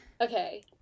Okay